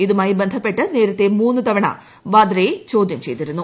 ഇതുമായി ബന്ധപ്പെട്ട് നേരത്തെ മൂന്ന് തവണ വാദ്രയെ ചോദ്യം ചെയ്തിരുന്നു